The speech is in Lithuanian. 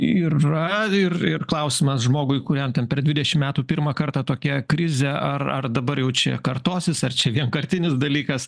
yra ir ir klausimas žmogui kuriam ten per dvidešim metų pirmą kartą tokia krizė ar ar dabar jau čia kartosis ar čia vienkartinis dalykas